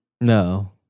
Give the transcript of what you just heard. No